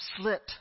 slit